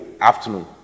afternoon